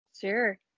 Sure